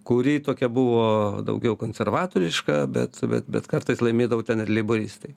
kuri tokia buvo daugiau konservatoriška bet bet bet kartais laimėdavo ten ir leiboristai